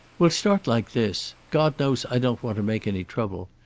we'll start like this. god knows i don't want to make any trouble.